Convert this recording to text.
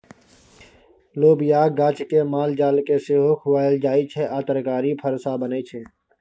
लोबियाक गाछ केँ मालजाल केँ सेहो खुआएल जाइ छै आ तरकारी फर सँ बनै छै